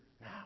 now